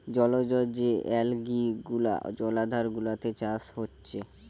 জলজ যে অ্যালগি গুলা জলাধার গুলাতে চাষ হচ্ছে